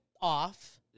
off